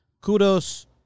kudos